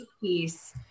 piece